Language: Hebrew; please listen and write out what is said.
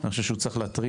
אני חושב שהוא צריך להטריד